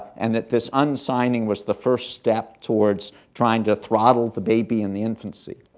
and that this unsigning was the first step towards trying to throttle the baby in the infancy.